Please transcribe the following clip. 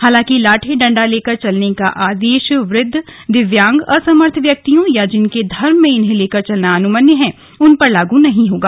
हालांकि लाठी डंडा लेकर चलने का आदेश वृद्ध दिव्यांग असमर्थ व्यक्तियों या जिनके धर्म में इन्हें लेकर चलना अनुमन्य है उन पर लागू नहीं होगा